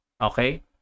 okay